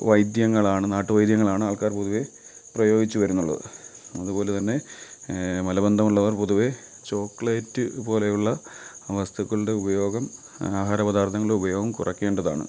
വൈദ്യങ്ങളാണ് നാട്ടുവൈദ്യങ്ങളാണ് ആൾക്കാർ പൊതുവെ പ്രയോഗിച്ച് വരുന്നുള്ളത് അതുപോലെ തന്നെ മലബന്ധം ഉള്ളവർ പൊതുവെ ചോക്ലേറ്റ് പോലെയുള്ള വസ്തുക്കളുടെ ഉപയോഗം ആഹാരപദാർത്ഥങ്ങളുടെ ഉപയോഗം കുറക്കേണ്ടതാണ്